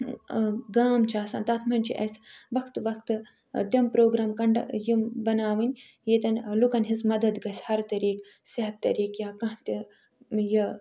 گام چھُ آسان تتھ منٛز چھُ اَسہِ وقتہٕ وقتہٕ تِم پرٛوگرام کنڈٕ یِم بناوٕنۍ ییٚتٮ۪ن لُکن ہِنٛز مدد گژھِ ہر طریٖقہٕ صحت طریٖق یا کانٛہہ تہِ یہِ